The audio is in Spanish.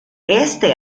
este